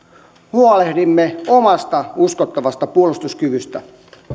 huolehdimme omasta uskottavasta puolustuskyvystä